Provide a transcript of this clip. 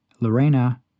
Lorena